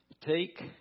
Take